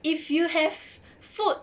if you have food